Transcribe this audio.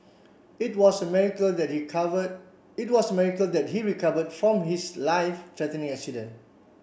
it was a miracle that he cover it was a miracle that he recovered from his life threatening accident